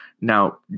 Now